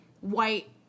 white